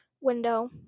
window